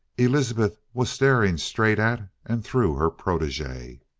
elizabeth was staring straight at and through her protege.